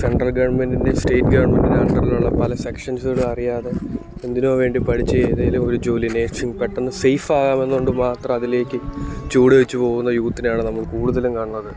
central ഗവൺമെൻറ്റിന്റെയും state ഗവൺമെൻറ്റിന്റെയും അണ്ടറിലുള്ള പല സെക്ഷൻസുകളുവറിയാതെ എന്തിനോ വേണ്ടി പഠിച്ച് ഏതേലുവൊരു ജോലി മേടിച്ചും പെട്ടെന്ന് സേഫാകാമെന്നോണ്ട് മാത്രം അതിലേക്ക് ചുവട് വച്ച് പോകുന്ന യൂത്തിനെയാണു നമ്മൾ കൂടുതലും കാണുന്നത്